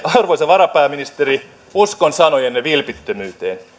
arvoisa varapääministeri uskon sanojenne vilpittömyyteen